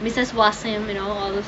you know and all